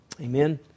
Amen